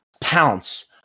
pounce